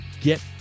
get